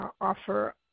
offer